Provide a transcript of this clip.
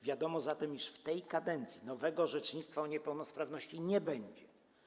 Wiadomo zatem, iż w tej kadencji nowego orzecznictwa o niepełnosprawności nie będzie.